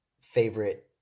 favorite